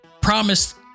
promised